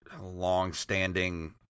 long-standing